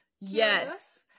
yes